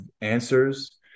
answers